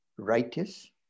Righteous